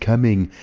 coming.